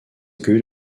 good